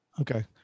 Okay